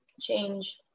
change